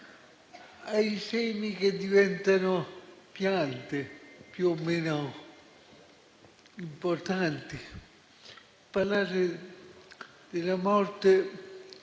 ai semi che diventano piante più o meno importanti, parlare della morte